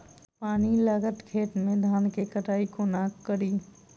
पानि लागल खेत मे धान केँ कटाई कोना कड़ी?